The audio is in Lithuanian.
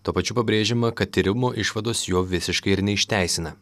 tuo pačiu pabrėžiama kad tyrimo išvados jo visiškai ir neišteisina